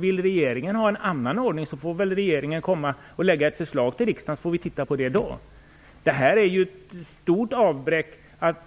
Vill regeringen ha en annan ordning får den väl lägga fram ett förslag för riksdagen som vi kan titta på då. Detta är ett stort avbräck